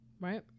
right